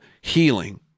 healing